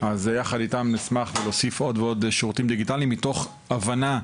יחד איתם אנחנו נשמח להוסיף עוד ועוד שירותים דיגיטליים מתוך הבנה,